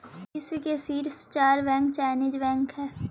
विश्व के शीर्ष चार बैंक चाइनीस बैंक हइ